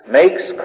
makes